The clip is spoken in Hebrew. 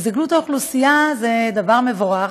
הזדקנות האוכלוסייה זה דבר מבורך,